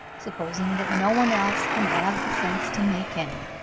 supposing that no one else can have the sense to make any.